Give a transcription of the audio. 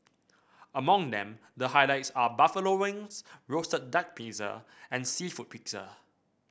among them the highlights are buffalo wings roasted duck pizza and seafood pizza